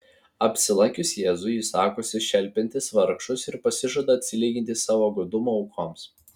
apsilankius jėzui jis sakosi šelpiantis vargšus ir pasižada atsilyginti savo godumo aukoms